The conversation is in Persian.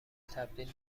تبدیل